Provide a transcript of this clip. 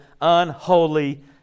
unholy